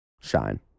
shine